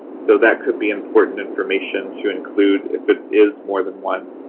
so that could be important information to include if it is more than one.